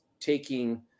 taking